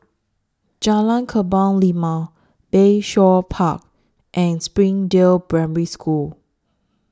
Jalan Kebun Limau Bayshore Park and Springdale Primary School